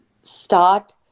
start